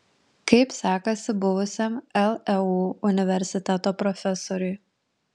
kaip sekasi buvusiam leu universiteto profesoriui